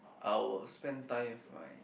I will spend time with my